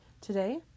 Today